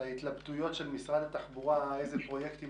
להתלבטויות של משרד התחבורה איזה פרויקטים